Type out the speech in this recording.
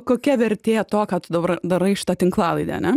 kokia vertė to ką tu dabar darai šita tinklalaide